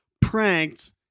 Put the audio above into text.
pranked